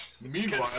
meanwhile